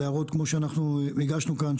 הערות כמו שאנחנו הגשנו כאן,